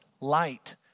light